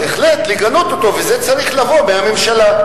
בהחלט, לגנות אותו, וזה צריך לבוא מהממשלה.